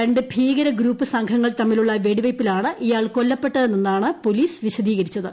ര ് ഭീകരഗ്രൂപ്പ് സംഘങ്ങൾ ഇയാൾ തമ്മിലുള്ള വെടിവയ്പ്പിലാണ് കൊല്ലപ്പെട്ടതെന്നാണ് പോലീസ് വിശദീകരിച്ചത്